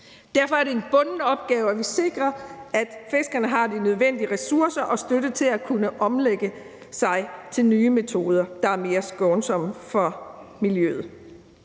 Derfor er det en bunden opgave, at vi sikrer, at fiskerne har de nødvendige ressourcer og støtte til at kunne omlægge til nye metoder, der er mere skånsomme for miljøet.